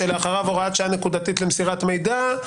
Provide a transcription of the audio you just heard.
שלאחריו הוראת שעה נקודתית למסירת מידע,